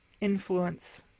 influence